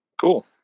cool